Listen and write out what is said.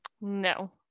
no